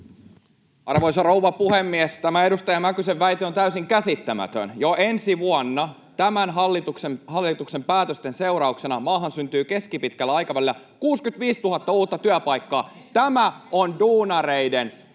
Arvoisa rouva puhemies! Tämä edustaja Mäkysen väite on täysin käsittämätön. Jo ensi vuonna tämän hallituksen päätösten seurauksena maahan syntyy keskipitkällä aikavälillä 65 000 uutta työpaikkaa. Tämä on duunareiden etujen